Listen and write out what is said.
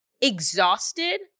exhausted